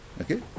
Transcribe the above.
Okay